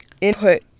input